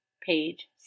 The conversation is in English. page